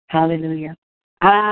Hallelujah